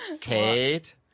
Kate